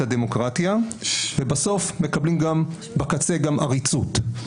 הדמוקרטיה ובסוף מקבלים בקצה גם עריצות.